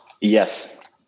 yes